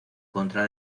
contra